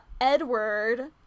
Edward